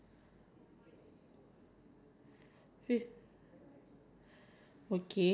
mascara I don't think there's any difference I remember I think you need to collate especially if you don't have like